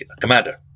Commander